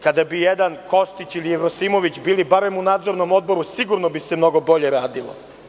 Kada bi jedan Kostić ili Jevrosimović bili bar u Nadzornom odboru sigurno bi se mnogo bolje radilo.